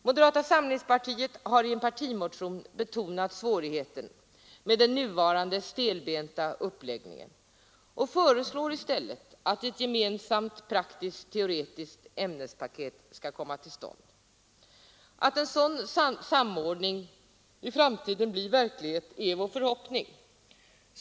Moderata samlingspartiet har i en partimotion betonat svårigheten med den nuvarande stelbenta uppläggningen och föreslår i stället att ett gemensamt praktiskt-teoretiskt ämnespaket skall komma till stånd. Att en sådan samordning i framtiden blir verklighet är vår förhoppning.